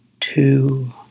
two